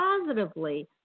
positively